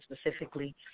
specifically